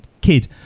kid